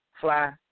fly